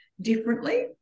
differently